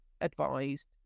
advised